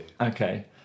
Okay